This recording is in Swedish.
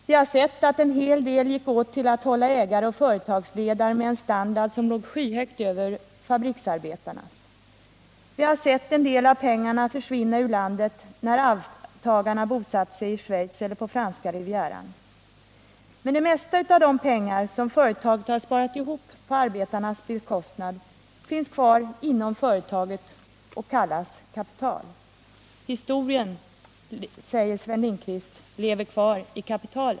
Vi har sett att en hel del gick åt till att hålla ägare och företagsledare med en standard som låg skyhögt över fabriksarbetarnas. Vi har sett en del av pengarna försvinna ur landet när arvtagarna bosatt sig i Schweiz eller på franska rivieran. Men det mesta av de pengar som företaget sparat ihop på arbetarnas bekostnad finns kvar inom företaget och kallas kapital. Historien lever kvar i kapitalet, säger Sven Lindqvist.